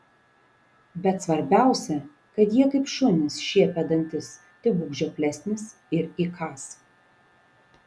bet svarbiausia kad jie kaip šunys šiepia dantis tik būk žioplesnis ir įkąs